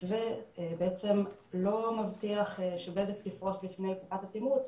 המתווה לא מבטיח שבזק תפרוס לפני קופת התמרוץ,